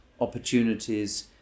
opportunities